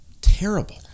terrible